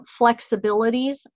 flexibilities